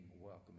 welcoming